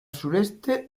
sureste